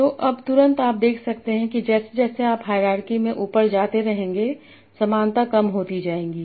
तो अब तुरंत आप देख सकते हैं कि जैसे जैसे आप हायरार्की में ऊपर जाते रहेंगे समानता कम होती जाएगी